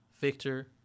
Victor